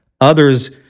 others